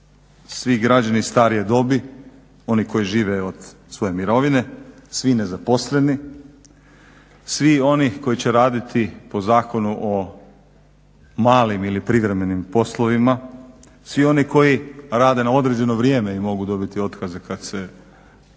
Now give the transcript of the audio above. svi građani starije dobi, oni koji žive od svoje mirovine, svi nezaposleni, svi oni koji će raditi po Zakonu o malim ili privremenim poslovima, svi oni koji rade na određeno vrijeme i mogu dobiti otkaze kada se gazdi